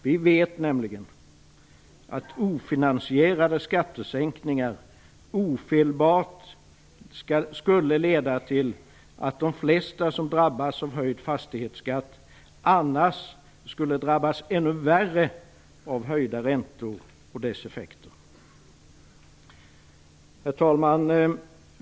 Vi vet nämligen att ofinansierade skattesänkningar ofelbart skulle leda till att de flesta som nu drabbas av höjd fastighetsskatt drabbades ännu värre av höjda räntor och deras effekter. Herr talman!